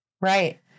right